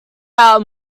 out